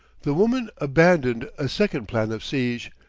the woman abandoned a second plan of siege,